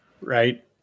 Right